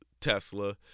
Tesla